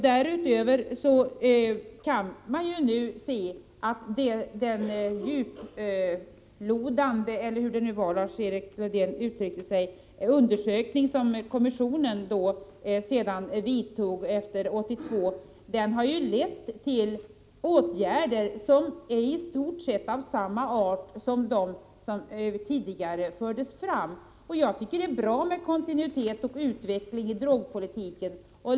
Därutöver kan man se att den djuplodande — eller hur Lars-Erik Lövdén nu uttryckte sig — undersökning som kommissionen företog efter 1982 har lett till åtgärder som i stort sett är av samma art som de som tidigare föreslogs. Jag tycker att det är bra med kontinuitet och utveckling i drogpolitiken.